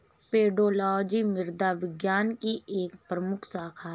pedology मृदा विज्ञान की एक प्रमुख शाखा है